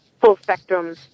full-spectrum